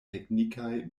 teknikaj